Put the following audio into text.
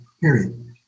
period